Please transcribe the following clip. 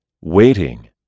waiting